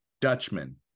Dutchman